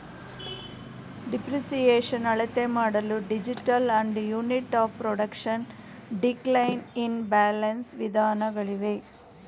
depreciation ಅಳತೆಮಾಡಲು digital and unit of production, decline in balance ವಿಧಾನಗಳಿವೆ